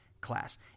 class